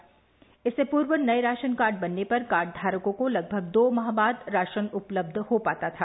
ज्ञात हो कि इससे पूर्व नए राशन कार्ड बनने पर कार्ड्यारकों को लगभग दो माह बाद राशन उपलब्ध हो पाता था